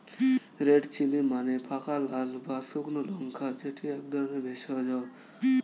red chilli মানে পাকা লাল বা শুকনো লঙ্কা যেটি এক ধরণের ভেষজ